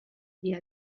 dia